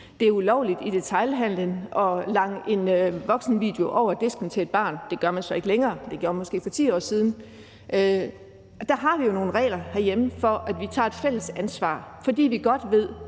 Det er ulovligt i detailhandelen at lange en voksenvideo over disken til et barn – det gør man så ikke længere, men det gjorde man måske for 10 år siden. Der har vi jo nogle regler herhjemme, for at vi tager et fælles ansvar, fordi vi godt ved,